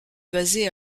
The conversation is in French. basée